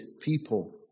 people